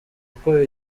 ukwo